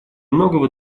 многого